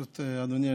אדוני.